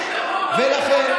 היום,